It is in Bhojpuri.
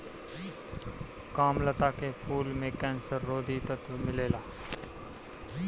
कामलता के फूल में कैंसर रोधी तत्व मिलेला